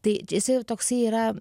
tai jisai jau toksai yra